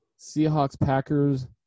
Seahawks-Packers